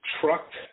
trucked